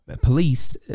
police